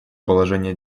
положение